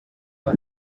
for